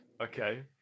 okay